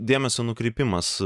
dėmesio nukrypimas